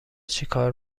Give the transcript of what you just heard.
چیکار